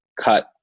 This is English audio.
cut